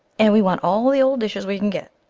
and we want all the old dishes we can get.